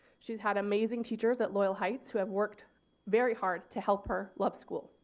she's had amazing teachers at loyal heights who have worked very hard to help her love school.